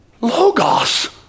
Logos